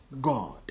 God